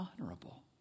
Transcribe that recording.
honorable